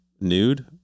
nude